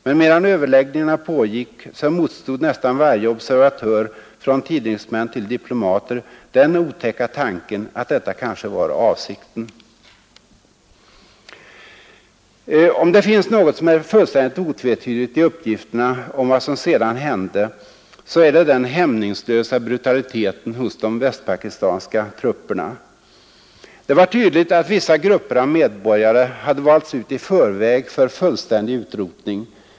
Men medan överläggningarna pågick så motstod nästan varje observatör, från tidningsmän till diplomater, den otäcka tanken att detta kanske var avsikten.” Om det finns något som är fullständigt otvetydigt i uppgifterna om vad som sedan hände så är det den hämningslösa brutaliteten hos de västpakistanska trupperna, Det blev uppenbart att vissa grupper av medborgare hade valts ut i förväg för fullständig utrotning.